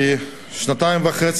כשנתיים וחצי,